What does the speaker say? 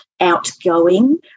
outgoing